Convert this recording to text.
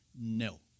No